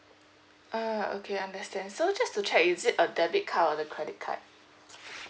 ah okay understand so just to check is it a debit card or the credit card